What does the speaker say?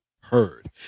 heard